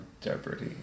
Jeopardy